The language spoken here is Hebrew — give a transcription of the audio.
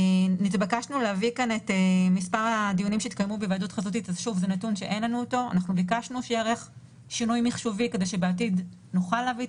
אז אני אשאל את המשרד לביטחון הפנים או המשטרה אם יש הערה לעניין הזה.